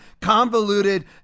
convoluted